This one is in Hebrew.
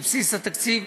בבסיס התקציב.